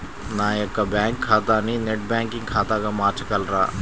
నా యొక్క బ్యాంకు ఖాతాని నెట్ బ్యాంకింగ్ ఖాతాగా మార్చగలరా?